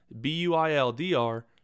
B-U-I-L-D-R